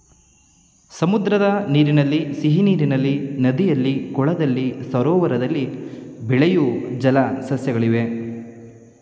ಸಮುದ್ರದ ನೀರಿನಲ್ಲಿ, ಸಿಹಿನೀರಿನಲ್ಲಿ, ನದಿಯಲ್ಲಿ, ಕೊಳದಲ್ಲಿ, ಸರೋವರದಲ್ಲಿ ಬೆಳೆಯೂ ಜಲ ಸಸ್ಯಗಳಿವೆ